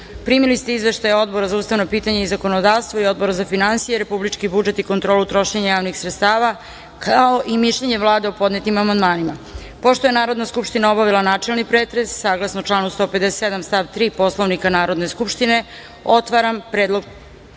Rakić. Primili ste izveštaje Odbora za ustavna pitanja i zakonodavstvo i Odbora za finansije, republički budžet i kontrolu trošenja javnih sredstava, kao i mišljenje Vlade o podnetim amandmanima. Pošto je Narodna skupština obavila načelni pretres, saglasno članu 157. stav 3. Poslovnika Narodne skupštine, otvaram pretres